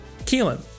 Keelan